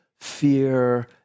fear